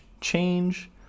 change